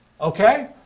Okay